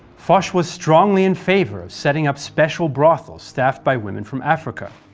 foch was strongly in favour of setting up special brothels staffed by women from africa,